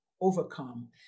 overcome